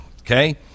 Okay